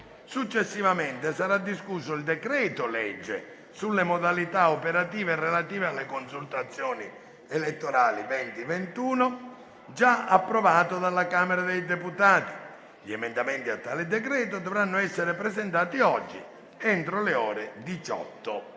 Successivamente sarà discusso il decreto-legge sulle modalità operative relative alle consultazioni elettorali 2021, già approvato dalla Camera dei deputati. Gli emendamenti a tale decreto dovranno essere presentati oggi, entro le ore 18.